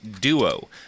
duo